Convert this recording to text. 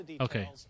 okay